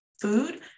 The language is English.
food